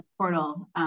portal